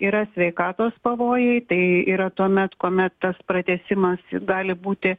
yra sveikatos pavojai tai yra tuomet kuomet tas pratęsimas jis gali būti